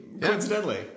coincidentally